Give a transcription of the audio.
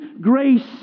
grace